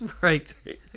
right